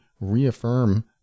reaffirm